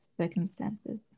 circumstances